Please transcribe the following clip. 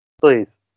please